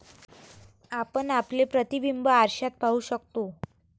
आपण आपले प्रतिबिंब आरशात पाहू शकतो